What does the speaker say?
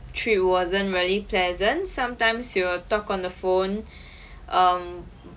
trip wasn't really pleasant sometimes he will talk on the phone um